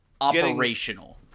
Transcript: operational